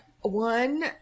One